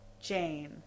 Jane